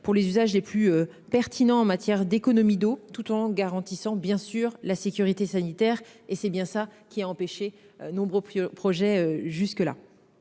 pour les usages les plus pertinents en matière d'économie d'eau tout en garantissant bien sûr la sécurité sanitaire et c'est bien ça qui a empêché nombreux plus. Jusque-là.